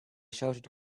shouted